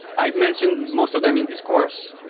i've mentioned most of them in this course,